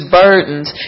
burdens